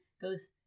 goes